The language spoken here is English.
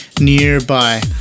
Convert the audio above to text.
nearby